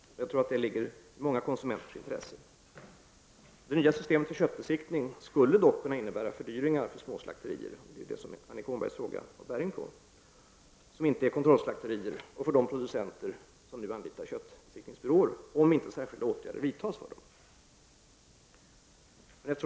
Jag tror att detta ligger i många konsumenters intresse. Det nya systemet för köttbesiktning skulle dock kunna innebära fördyringar för små slakterier — och det är ju detta som Annika Åhnbergs fråga har bäring på — som inte är kontrollslakterier och för de producenter som nu anlitar köttbesiktningsbyråer om inte särskilda åtgärder vidtas för dem.